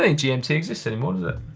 ah gmt existed, and what's it?